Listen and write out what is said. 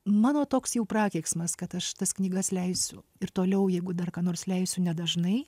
mano toks jau prakeiksmas kad aš tas knygas leisiu ir toliau jeigu dar ką nors leisiu nedažnai